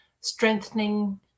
strengthening